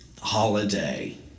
holiday